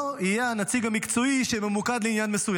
יהיה הנציג המקצועי שממוקד בעניין הזה,